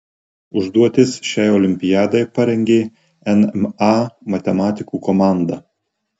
užduotis šiai olimpiadai parengė nma matematikų komanda